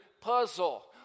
puzzle